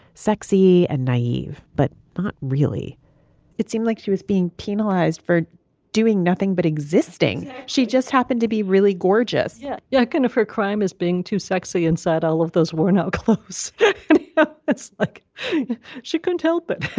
sexy and naive. but but really it seemed like she was being penalised for doing nothing but existing. she just happened to be really gorgeous. yeah, yeah kind of her crime as being too sexy and sad. all of those were no clothes like she couldn't help it.